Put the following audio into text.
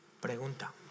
Pregunta